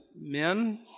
men